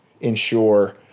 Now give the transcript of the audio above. ensure